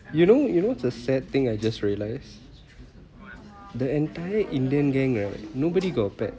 you know you know the sad thing I just realise the entire indian gang ah nobody got bad